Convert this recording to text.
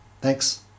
Thanks